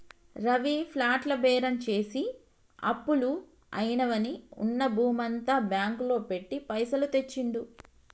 రవి ప్లాట్ల బేరం చేసి అప్పులు అయినవని ఉన్న భూమంతా బ్యాంకు లో పెట్టి పైసలు తెచ్చిండు